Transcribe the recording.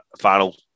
final